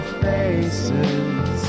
faces